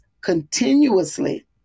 continuously